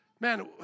Man